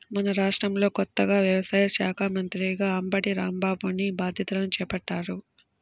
మన రాష్ట్రంలో కొత్తగా వ్యవసాయ శాఖా మంత్రిగా అంబటి రాంబాబుని బాధ్యతలను చేపట్టారు